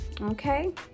Okay